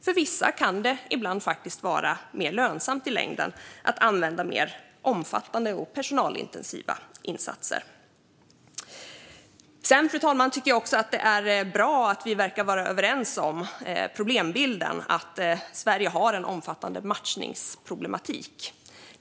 För vissa kan det ibland faktiskt i längden vara mer lönsamt att använda mer omfattande och personalintensiva insatser. Jag tycker också, fru talman, att det är bra att vi verkar vara överens om problembilden - att Sverige har en omfattande matchningsproblematik.